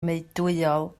meudwyol